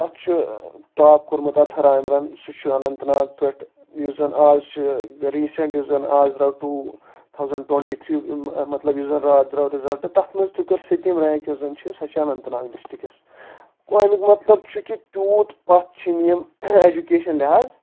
تتھ چھُ ٹاپ کوٚرمُت اتھر آمرن سُہ چھُ اننت ناگ پٮ۪ٹھ یُس زن آز چھ ریٖسنٛٹ یُس زن آز دراو ٹوٗ تھوزنٛڈ ٹونٛٹی تھری یُک مطلب یُس زن راتھ درٛاو رِزلٹ تتھ منٛز تہِ کٔر سٔتِم رینٛک یۄس زن چھِ سۄ چھِ اننت ناگ ڈسٹرکس گوٚو امیُک مطلب چھُ کہِ تیوٗت پتھ چھِنہٕ یِم اٮ۪جوکیشن لحاظ